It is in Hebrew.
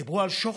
דיברו על שוחד.